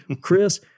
Chris